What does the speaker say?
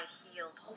healed